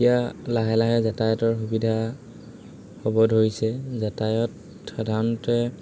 এতিয়া লাহে লাহে যাতায়াতৰ সুবিধা হ'ব ধৰিছে যাতায়াত সাধাৰণতে